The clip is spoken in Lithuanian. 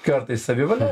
kartais savivalė